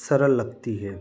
सरल लगती है